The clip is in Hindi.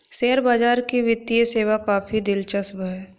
शेयर बाजार की वित्तीय सेवा काफी दिलचस्प है